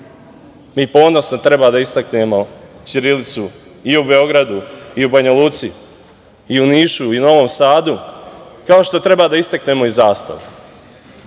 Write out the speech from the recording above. mi ponosno treba da istaknemo ćirilicu i u Beogradu i u Banja Luci i u Nišu i u Novom Sadu, kao što treba da istaknemo i zastavu. Nisu